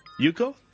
Yuko